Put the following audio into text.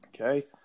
okay